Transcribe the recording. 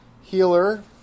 healer